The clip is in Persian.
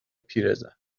پیرزن